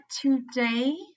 today